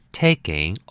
taking